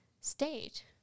state